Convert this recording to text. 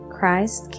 Christ